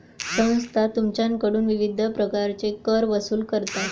संस्था तुमच्याकडून विविध प्रकारचे कर वसूल करतात